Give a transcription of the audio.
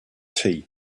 tea